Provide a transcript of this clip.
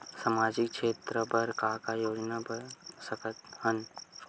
सामाजिक क्षेत्र बर का का योजना बना सकत हन?